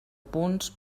punts